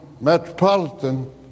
Metropolitan